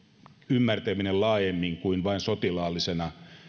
ymmärtäminen laajemmin kuin vain sotilaallisten